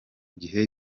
gihe